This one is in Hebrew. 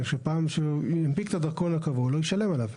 כשהוא ינפיק את הדרכון הקבוע הוא לא ישלם עליו.